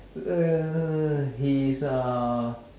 uh he is a